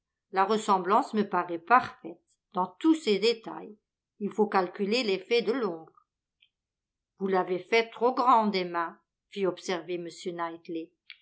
la ressemblance me paraît parfaite dans tous ses détails il faut calculer l'effet de l'ombre vous l'avez faite trop grande emma fit observer